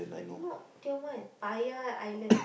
not Tioman Paya Island